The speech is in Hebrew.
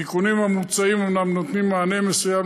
התיקונים המוצעים אומנם נותנים מענה מסוים